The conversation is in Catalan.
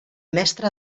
mestre